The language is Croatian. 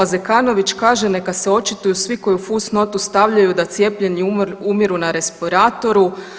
Zekanović kaže neka se očituju svi koji u fus notu stavljaju da cijepljeni umiru na respiratoru.